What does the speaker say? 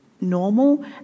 normal